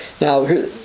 Now